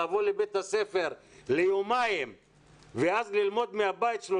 לבוא יומיים לבית הספר ובשאר הימים ללמוד מהבית,